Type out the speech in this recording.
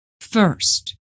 first